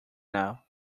now